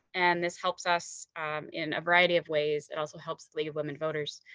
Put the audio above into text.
and this helps us in a variety of ways. it also helps the league of women voters.